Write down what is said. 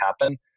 happen